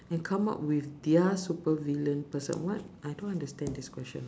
and come out with their super villain person what I don't understand this questio~